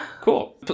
Cool